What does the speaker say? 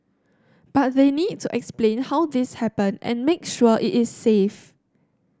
but they need to explain how this happened and make sure it is safe